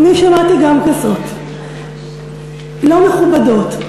אני שמעתי גם גסות, לא מכובדות.